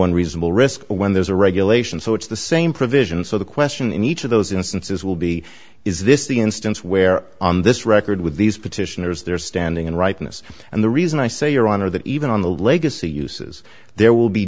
one reasonable risk when there's a regulation so it's the same provision so the question in each of those instances will be is this the instance where on this record with these petitioners there standing and rightness and the reason i say your honor that even on the legacy uses there will be